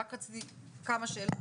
כמה שאלות.